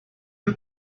you